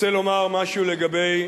רוצה לומר משהו לגבי